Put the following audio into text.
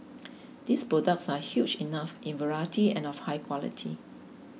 these products are huge enough in variety and of high quality